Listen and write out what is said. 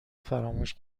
فراموش